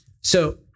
So-